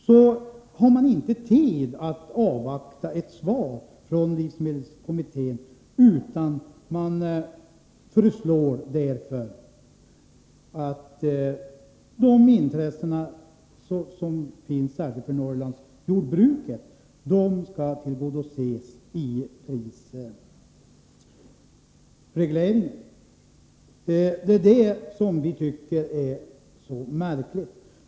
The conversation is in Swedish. Nu har man inte tid att avvakta ett svar från livsmedelskommittén utan föreslår därför att Norrlandsjordbrukets särskilda intressen skall tillgodoses i prisregleringen. Det är det som vi tycker är så märkligt.